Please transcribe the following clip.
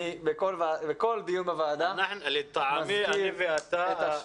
אני בכל דיון בוועדה מזכיר את ה --- לטעמי אני ואתה,